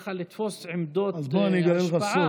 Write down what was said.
ככה לתפוס עמדות השפעה,